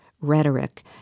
rhetoric